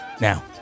Now